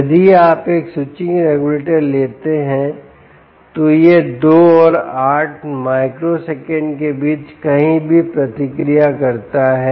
यदि आप एक स्विचिंग रेगुलेटर लेते हैं तो यह 2 और 8 माइक्रोसेकंड के बीच कहीं भी प्रतिक्रिया करता है